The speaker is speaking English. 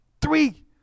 Three